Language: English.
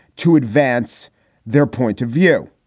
to advance their point of view.